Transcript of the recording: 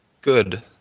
good